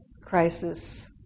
crisis